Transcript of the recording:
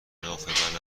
ناف